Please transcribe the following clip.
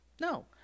No